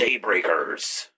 Daybreakers